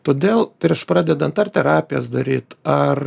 todėl prieš pradedant ar terapijas daryt ar